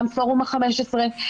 גם פורום ה-15,